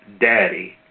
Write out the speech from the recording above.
daddy